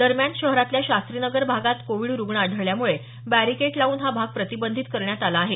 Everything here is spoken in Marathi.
दरम्यान शहरातल्या शास्त्रीनगर भागात कोविड रुग्ण आढळल्यामुळे बॅरिकेट लावून हा भाग प्रतिबंधित करण्यात आला आहे